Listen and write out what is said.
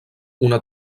una